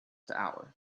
hour